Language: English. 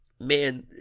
man